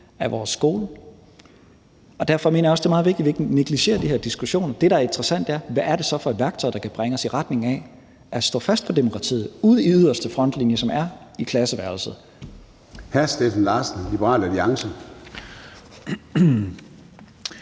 af vores skole. Derfor mener jeg også, det er meget vigtigt, at vi ikke negligerer de her diskussioner. Det, der er interessant, er, hvad det så er for et værktøj, der kan bringe os i retning af at stå fast på demokratiet ude i yderste frontlinje, som er i klasseværelset. Kl. 14:36 Formanden (Søren